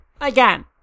again